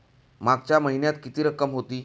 मागच्या महिन्यात किती रक्कम होती?